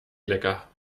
lecker